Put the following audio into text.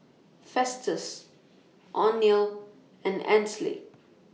Festus Oneal and Ansley